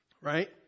right